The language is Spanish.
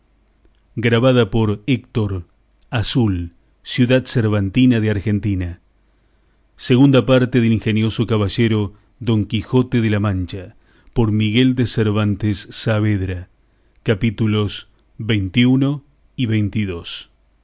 su majestad he visto este libro de la segunda parte del ingenioso caballero don quijote de la mancha por miguel de cervantes saavedra y